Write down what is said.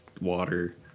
water